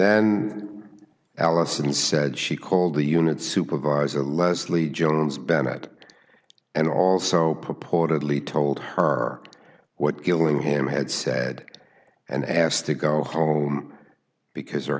then allison said she called the unit supervisor leslie jones bennett and also purportedly told her what killing him had said and asked to go home because her